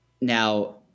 now